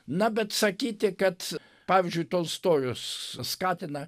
na bet sakyti kad pavyzdžiui tolstojus skatina